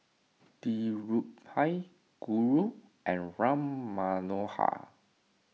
Dhirubhai Guru and Ram Manohar